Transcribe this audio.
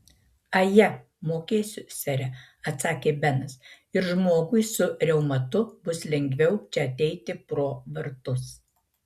aje mokėsiu sere atsakė benas ir žmogui su reumatu bus lengviau čia ateiti pro vartus